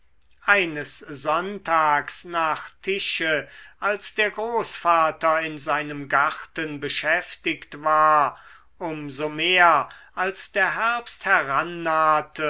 eines sonntags nach tische als der großvater in seinem garten beschäftigt war um so mehr als der herbst